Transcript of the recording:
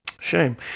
Shame